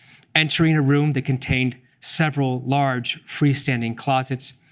entering a room that contained several large freestanding closets,